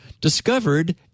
discovered